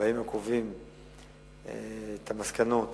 בימים הקרובים את המסקנות